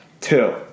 Two